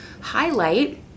highlight